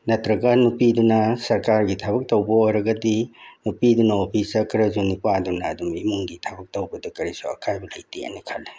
ꯅꯠꯇ꯭ꯔꯒ ꯅꯨꯄꯤꯗꯨꯅ ꯁꯔꯀꯥꯔꯒꯤ ꯊꯕꯛ ꯇꯧꯕ ꯑꯣꯏꯔꯒꯗꯤ ꯅꯨꯄꯤꯗꯨꯅ ꯑꯣꯐꯤꯁ ꯆꯠꯈ꯭ꯔꯁꯨ ꯅꯨꯄꯥꯗꯨꯅ ꯑꯗꯨꯝ ꯏꯃꯨꯡꯒꯤ ꯊꯕꯛ ꯇꯧꯕꯗ ꯀꯔꯤꯁꯨ ꯑꯀꯥꯏꯅ ꯂꯩꯇꯦꯅ ꯈꯜꯂꯤ